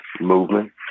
movement